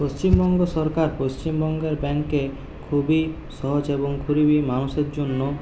পশ্চিমবঙ্গ সরকার পশ্চিমবঙ্গের ব্যাঙ্কে খুবই সহজ এবং খুবই মানুষের জন্য